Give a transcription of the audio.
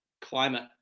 climate